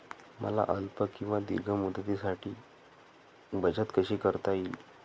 मला अल्प किंवा दीर्घ मुदतीसाठी बचत कशी करता येईल?